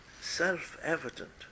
self-evident